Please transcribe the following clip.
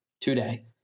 today